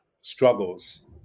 struggles